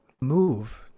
move